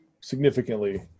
significantly